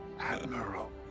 Admiral